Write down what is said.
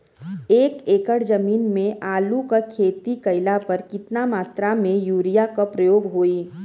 एक एकड़ जमीन में आलू क खेती कइला पर कितना मात्रा में यूरिया क प्रयोग होई?